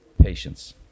patience